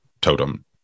totem